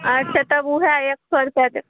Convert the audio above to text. अच्छा तब ओहए एक सए रुपआ देब